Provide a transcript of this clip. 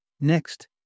Next